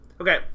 okay